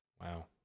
Wow